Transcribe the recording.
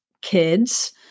kids